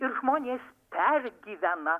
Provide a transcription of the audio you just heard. ir žmonės pergyvena